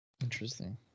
Interesting